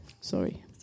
Sorry